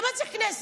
למה צריך כנסת?